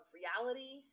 reality